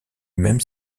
même